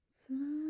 fly